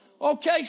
okay